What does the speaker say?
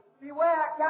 Beware